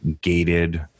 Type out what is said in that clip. gated